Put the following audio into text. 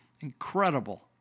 incredible